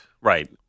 right